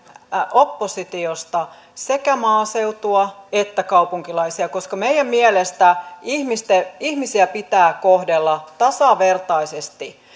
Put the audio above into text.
oppositiosta sekä maaseutua että kaupunkilaisia koska meidän mielestämme ihmisiä pitää kohdella tasavertaisesti